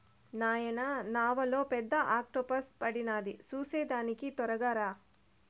నాయనా నావలో పెద్ద ఆక్టోపస్ పడినాది చూసేదానికి తొరగా రా